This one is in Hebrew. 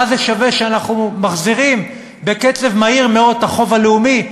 מה זה שווה שאנחנו מחזירים בקצב מהיר מאוד את החוב הלאומי,